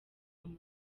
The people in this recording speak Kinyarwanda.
muntu